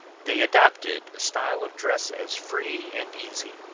they adopted a style of dress as free and easy,